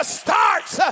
starts